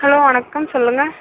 hello வணக்கம் சொல்லுங்கள்